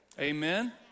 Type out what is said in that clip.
Amen